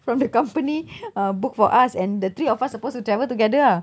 from the company uh book for us and the three of us supposed to travel together ah